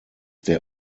der